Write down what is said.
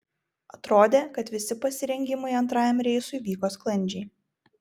atrodė kad visi pasirengimai antrajam reisui vyko sklandžiai